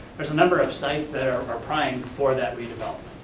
there's a number of sites that are are prying for that redevelopment.